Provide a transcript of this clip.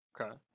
Okay